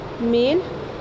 male